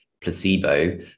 placebo